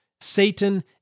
Satan